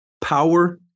power